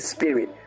Spirit